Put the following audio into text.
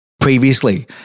previously